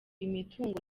imitungo